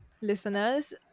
listeners